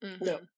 no